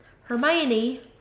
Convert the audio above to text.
Hermione